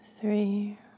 three